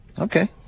Okay